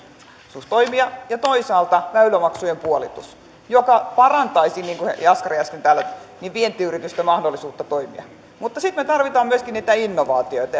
mahdollisuus toimia ja toisaalta väylämaksujen puolitus joka parantaisi niin kuin jaskari äsken täällä sanoi vientiyritysten mahdollisuutta toimia mutta sitten me tarvitsemme myöskin niitä innovaatioita